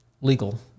legal